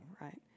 right